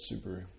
Subaru